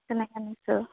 তেনেক আনিছোঁ